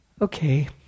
Okay